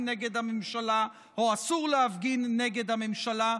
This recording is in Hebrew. נגד הממשלה או אסור להפגין נגד הממשלה.